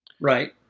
Right